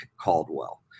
caldwell